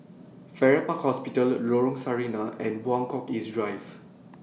Farrer Park Hospital Lorong Sarina and Buangkok East Drive